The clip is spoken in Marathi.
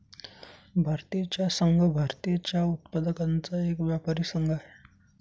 भारतीय चहा संघ, भारतीय चहा उत्पादकांचा एक व्यापारी संघ आहे